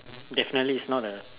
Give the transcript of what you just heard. definitely it's not a